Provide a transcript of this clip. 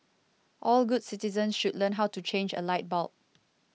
all good citizens should learn how to change a light bulb